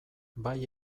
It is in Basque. bai